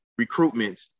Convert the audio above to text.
recruitments